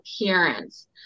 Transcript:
appearance